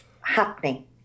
happening